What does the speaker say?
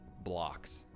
blocks